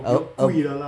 a~ a~